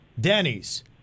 Denny's